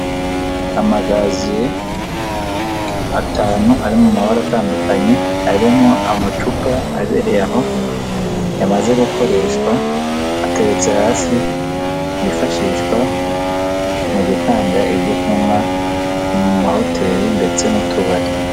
Amagaziye atanu ari mu mabara atandukanye, arimo amacupa abereye aho, yamaze gukoreshwa ,ateretse hasi yifashishwa mu gutanga ibyo kunywa, mu mahoteli ndetse n'utubari.